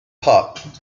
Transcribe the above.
pop